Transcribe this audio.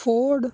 ford